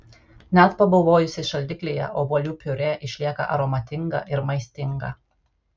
net pabuvojusi šaldiklyje obuolių piurė išlieka aromatinga ir maistinga